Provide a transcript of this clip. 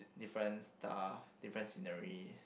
different stuff different scenery